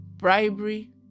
Bribery